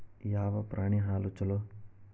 ಯಾವ ಪ್ರಾಣಿ ಹಾಲು ಛಲೋ?